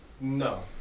No